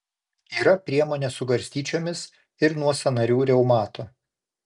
yra priemonė su garstyčiomis ir nuo sąnarių reumato